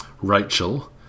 Rachel